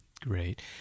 great